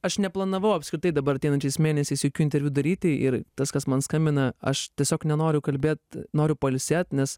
aš neplanavau apskritai dabar ateinančiais mėnesiais jokių interviu daryti ir tas kas man skambina aš tiesiog nenoriu kalbėt noriu pailsėt nes